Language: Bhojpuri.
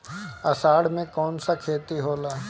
अषाढ़ मे कौन सा खेती होला?